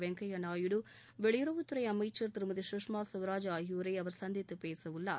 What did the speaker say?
வெங்கைய நாயுடு வெளியுறவுத்துறை அமைச்சர் திருமதி சுஷ்மா ஸ்வராஜ் ஆகியோரை அவர் சந்தித்துப் பேசவுள்ளார்